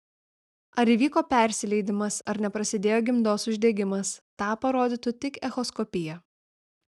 ar įvyko persileidimas ar neprasidėjo gimdos uždegimas tą parodytų tik echoskopija